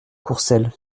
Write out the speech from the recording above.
courcelles